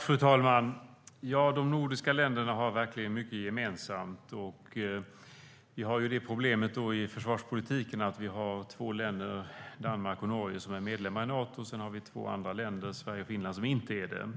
Fru talman! De nordiska länderna har mycket gemensamt. I försvarspolitiken har vi problemet att vi har två länder - Danmark och Norge - som är medlemmar i Nato, och sedan har vi två andra länder - Sverige och Finland - som inte är det.